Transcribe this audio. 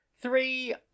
Three